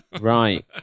Right